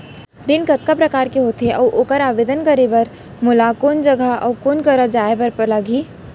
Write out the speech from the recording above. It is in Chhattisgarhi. ऋण कतका प्रकार के होथे अऊ ओखर आवेदन करे बर मोला कोन जगह अऊ कोन करा जाए बर लागही?